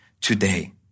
today